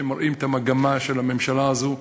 שמראים את המגמה של הממשלה הזאת,